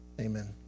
Amen